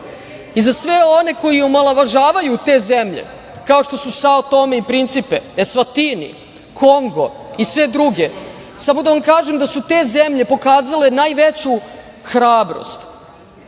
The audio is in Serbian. i za sve one koji omalovažavaju te zemlje, kao što su Sao Tome i Prinsipe, Esvatini, Kongo i sve druge, samo da vam kažem da su te zemlje pokazale najveću hrabrost